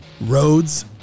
Roads